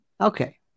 Okay